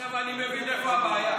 עכשיו אני מבין איפה הבעיה.